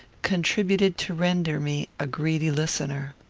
contributed to render me a greedy listener.